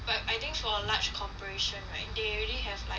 but I think for large corporation right they already have like